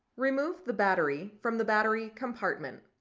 remove the battery from the battery compartment.